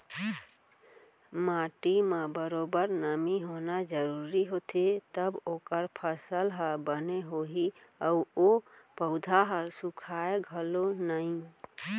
माटी म बरोबर नमी होना जरूरी होथे तव ओकर फसल ह बने होही अउ ओ पउधा ह सुखाय घलौ नई